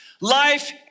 Life